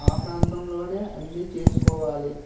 ఆ ప్రాంతంలో అన్నీ చేసుకోవాలి